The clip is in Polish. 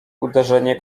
uderzenie